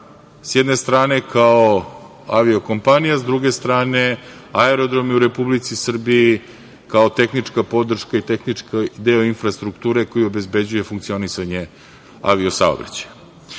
s jedne strane kao avio kompanija, s druge strane, aerodromi u Republici Srbiji kao tehnička podrška i tehnički deo infrastrukture koji obezbeđuje funkcionisanje avio-saobraćaja. Značaj